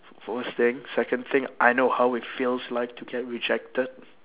first thing second thing I know how it feels like to get rejected